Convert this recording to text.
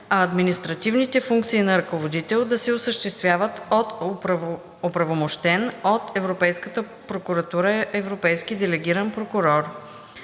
а административните функции на ръководител да се осъществяват от оправомощен от Европейската прокуратура европейски делегиран прокурор.